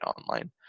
online